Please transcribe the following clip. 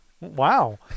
Wow